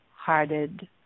hearted